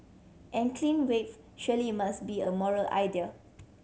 and clean wage surely must be a moral idea